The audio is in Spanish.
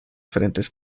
frentes